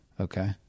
Okay